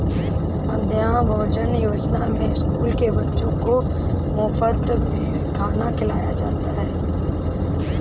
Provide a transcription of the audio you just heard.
मध्याह्न भोजन योजना में स्कूल के बच्चों को मुफत में खाना खिलाया जाता है